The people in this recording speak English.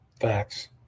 Facts